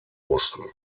mussten